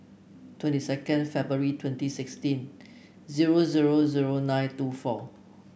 twenty second February twenty sixteen zero zero zero nine two four